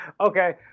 Okay